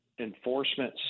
enforcement